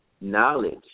knowledge